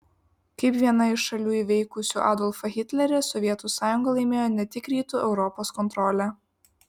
kaip viena iš šalių įveikusių adolfą hitlerį sovietų sąjunga laimėjo ne tik rytų europos kontrolę